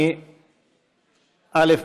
א.